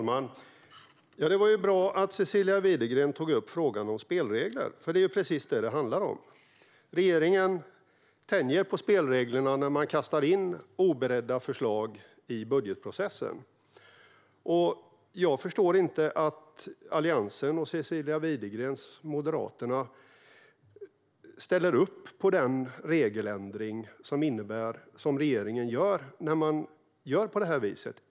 Fru talman! Det var ju bra att Cecilia Widegren tog upp frågan om spelregler, för det är precis detta som det handlar om. Regeringen tänjer på spelreglerna när man kastar in oberedda förslag i budgetprocessen, och jag förstår inte att Alliansen och Cecilia Widegrens parti Moderaterna ställer upp på den regeländring som regeringen gör när man agerar på detta vis.